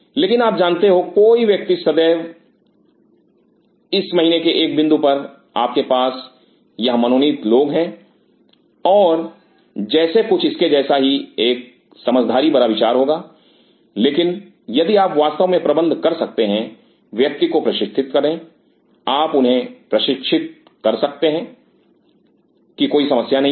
लेकिन आप जानते हो कोई व्यक्ति सदैव इस महीने के एक बिंदु पर आपके पास यह मनोनीत लोग हैं और जैसे कुछ इसके जैसा ही यह एक समझदारी भरा विचार होगा लेकिन यदि आप वास्तव में प्रबंध कर सकते हैं व्यक्ति को प्रशिक्षित करें आप उन्हें प्रशिक्षित कर सकते हैं कि कोई समस्या नहीं है